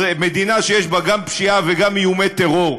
מדינה שיש בה גם פשיעה וגם איומי טרור,